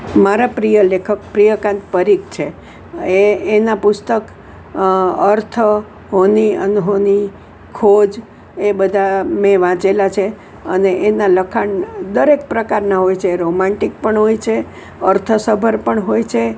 મારા પ્રિય લેખક પ્રિયકાન્ત પરીખ છે એ એના પુસ્તક અર્થ હોની અનહોની ખોજ એ બધા મેં વાંચેલા છે અને એના લખાણ દરેક પ્રકારના હોય છે રોમાંટિક પણ હોય છે અર્થસભર પણ હોય છે